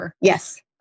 Yes